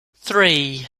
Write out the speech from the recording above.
three